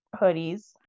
hoodies